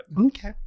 Okay